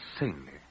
insanely